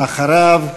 אחריו,